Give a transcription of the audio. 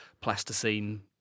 plasticine